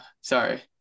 Sorry